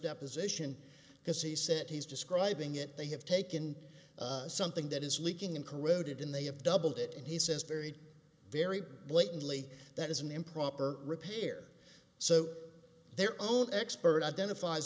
deposition because he said he's describing it they have taken something that is leaking and corroded in they have doubled it and he says very very blatantly that is an improper repair so their own expert identifies